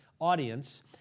audience